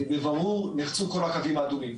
בבירור נחצו כל הקווים האדומים.